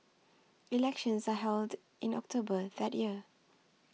elections are held in October that year